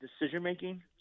decision-making